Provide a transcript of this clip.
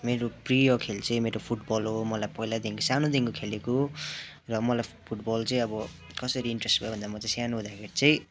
मेरो प्रिय खेल चाहिँ मेरो फुटबल हो मलाई पहिलादेखिको सानोदेखिको खेलेको र मलाई फुटबल चाहिँ अब कसरी इन्ट्रेस भयो भन्दा म चाहिँ सानो हुँदाखेरि चाहिँ